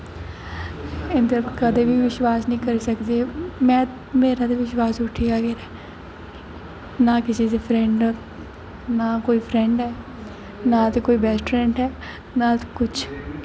इं'दे पर कदें बी विश्वास निं करी सकदे में मेरा ते विश्वास उठी दा ना कुसै दी फ्रैंड नां कुसै दी फ्रैंड ऐ नां ते कोई बैस्ट फ्रैंड ऐ न किश